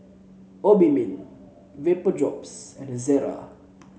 Obimin Vapodrops and Ezerra